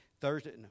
Thursday